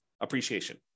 appreciation